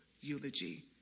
eulogy